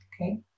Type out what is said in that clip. Okay